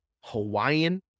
Hawaiian